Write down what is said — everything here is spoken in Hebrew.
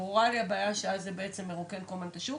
ברורה לי הבעיה שאז זה בעצם מרוקן כל הזמן את השוק,